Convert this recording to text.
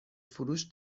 فروش